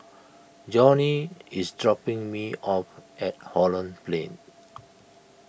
Johny is dropping me off at Holland Plain